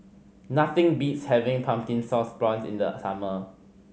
nothing beats having Pumpkin Sauce Prawns in the summer